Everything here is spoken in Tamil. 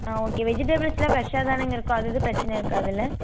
ஆ ஓகே வெஜிடேபிள்ஸ் எல்லாம் ஃப்ரெஷ்ஷாக தானேங்க இருக்கும் அது எதுவும் பிரச்சனை இருக்காதுல்ல